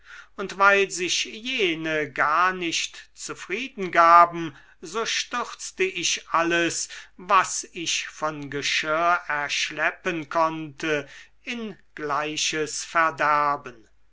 und weil sich jene gar nicht zufrieden gaben so stürzte ich alles was ich von geschirr erschleppen konnte in gleiches verderben